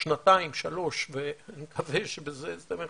שנתיים-שלוש ואני מקווה שבזה זה יסתיים,